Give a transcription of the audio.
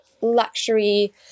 luxury